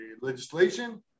Legislation